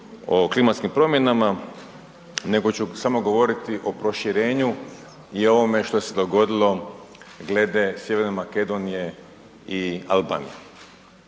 o klimatskim promjenama nego ću govoriti samo o proširenju i o ovome što se dogodilo glede Sjeverne Makedonije i Albanije.